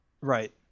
Right